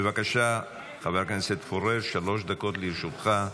בבקשה, חבר הכנסת פורר, שלוש דקות לרשותך.